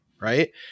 right